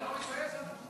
אתה לא מתבייש, אחמד?